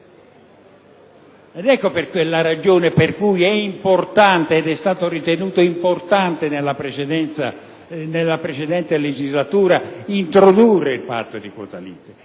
Ecco la ragione per cui è stato ritenuto importante nella precedente legislatura introdurre il patto di quota lite: